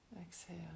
exhale